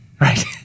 right